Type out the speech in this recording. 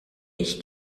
ich